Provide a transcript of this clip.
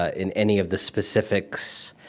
ah in any of the specifics.